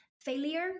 failure